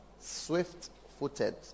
swift-footed